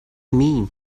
mean